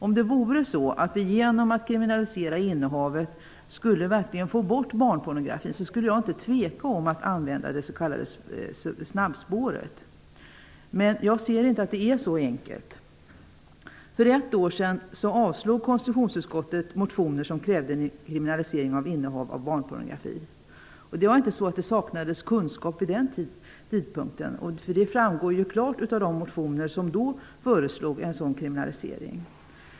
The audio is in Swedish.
Om det vore så att vi genom att kriminalisera innehavet verkligen skulle få bort barnpornografin, skulle jag inte tveka om att använda det s.k. snabbspåret. Men jag ser inte att det är så enkelt. För ett år sedan avstyrkte konstitutionsutskottet motioner där man krävde kriminalisering av innehav av barnpornografi. Det var inte så att det saknades kunskap vid den tidpunkten. Det framgår klart av de motioner där man då föreslog en kriminalisering.